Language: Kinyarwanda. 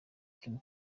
kim